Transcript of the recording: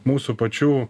mūsų pačių